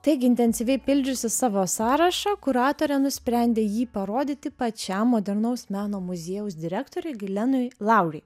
taigi intensyviai pildžiusi savo sąrašą kuratorė nusprendė jį parodyti pačiam modernaus meno muziejaus direktorei gilenai laurai